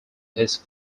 his